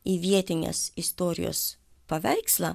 į vietinės istorijos paveikslą